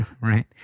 Right